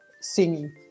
singing